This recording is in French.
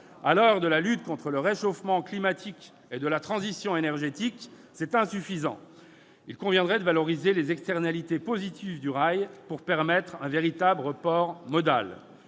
À l'heure de la lutte contre le réchauffement climatique et de la transition énergétique, c'est insuffisant. Il conviendrait de valoriser les externalités positives du rail pour permettre un report modal.